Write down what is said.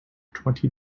twenty